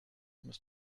must